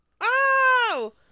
Oh